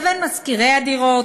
לבין משכירי הדירות,